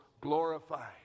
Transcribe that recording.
glorified